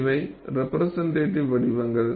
இவை ரெப்ரெசென்டடிவ் வடிவங்கள்